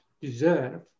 deserve